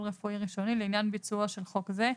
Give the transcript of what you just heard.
רפואי ראשוני לעניין ביצועו של חוק זה,